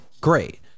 great